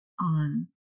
on